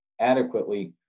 adequately